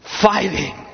Fighting